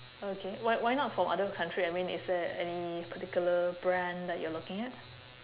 okay why why not from other country I mean is there any particular brand that you're looking at